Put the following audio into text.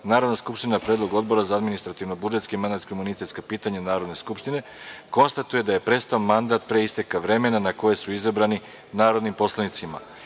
Narodna skupština na predlog Odbora za administrativno-budžetska i mandatno-imunitetska pitanja Narodne skupštine konstatuje da je prestao mandat pre isteka vremena na koje su izabrani narodnim poslanicima: